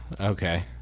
Okay